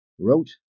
wrote